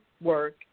work